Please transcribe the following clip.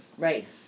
Right